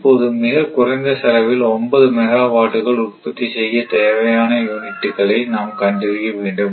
இப்போது மிக குறைந்த செலவில் ஒன்பது மெகா வாட்டுகள் உற்பத்தி செய்ய தேவையான யூனிட்டுகளை நாம் கண்டறியவேண்டும்